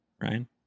Ryan